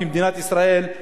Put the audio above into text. כמדינת ישראל,